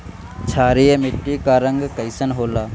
क्षारीय मीट्टी क रंग कइसन होला?